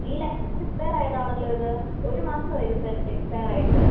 ഈ licence expire ആയത് ആണല്ലോ ഇത് ഒരു മാസം ആയി ഇതിപ്പം എക്സ്പെയർ ആയിട്ട്